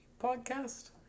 podcast